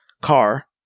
car